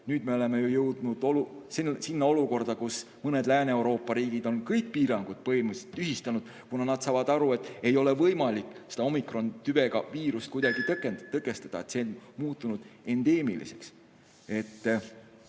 Nüüd me oleme jõudnud olukorda, kus mõned Lääne-Euroopa riigid on kõik piirangud põhimõtteliselt tühistanud, kuna nad saavad aru, et ei ole võimalik seda omikrontüvega viirust kuidagi tõkestada, see on muutunud endeemiliseks.